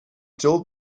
told